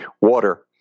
water